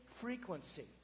frequency